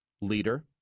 leader